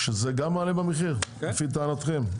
שזה גם מעלה במחיר לפי טענתכם?